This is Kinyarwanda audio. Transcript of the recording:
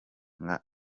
nka